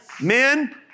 Men